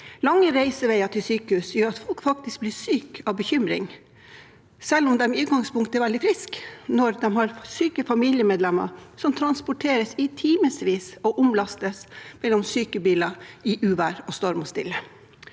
Lang reisevei til sykehus gjør at folk blir syke av bekymring selv om de i utgangspunktet er veldig friske, når de har syke familiemedlemmer som må transporteres i timevis og omlastes mellom sykebiler i uvær og storm og stille.